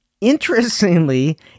interestingly